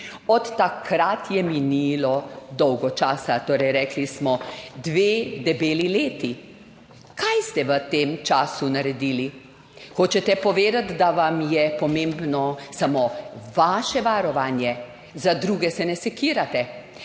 Od takrat je minilo dolgo časa, torej, rekli smo dve debeli leti. Kaj ste v tem času naredili? Hočete povedati, da vam je pomembno samo vaše varovanje, za druge se ne sekirate.